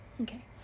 Okay